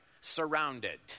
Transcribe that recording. Surrounded